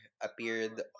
appeared